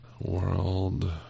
world